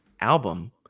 album